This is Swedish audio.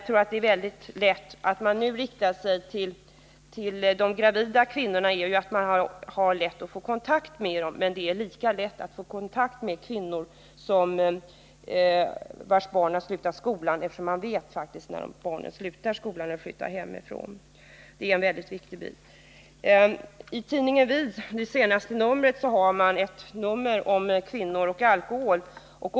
Orsaken till att man nu riktar sig till de gravida kvinnorna är naturligtvis att man har lätt att komma i kontakt med dem, men det är lika lätt att få kontakt med kvinnor vilkas barn har slutat skolan, eftersom man som sagt kan ta fram uppgifter om när barnen slutat skolan och när de flyttat hemifrån. I det senaste numret av tidningen Vi har man en artikel om kvinnor och alkohol.